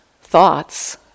thoughts